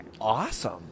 awesome